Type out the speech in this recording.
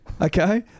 Okay